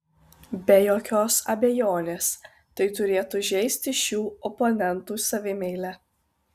be jokios abejonės tai turėtų žeisti šių oponentų savimeilę